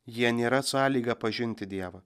jie nėra sąlyga pažinti dievą